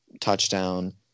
touchdown